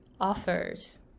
offers